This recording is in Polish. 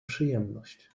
przyjemność